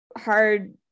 hard